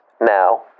Now